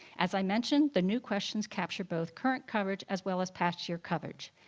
as i mentioned, the new questions capture both current coverage as well as past year coverage.